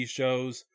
shows